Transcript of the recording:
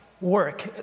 work